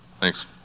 thanks